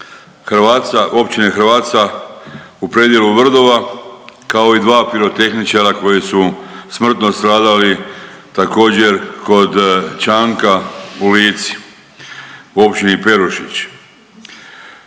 Hrvaca, općine Hrvaca u predjelu Vrdova, kao i 2 pirotehničara koji su smrtno stradali, također kod Čanka u Lici u općini Perušić.